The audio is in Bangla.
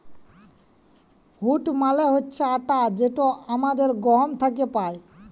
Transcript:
হুইট মালে হছে আটা যেট আমরা গহম থ্যাকে পাই